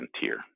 tier